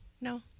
No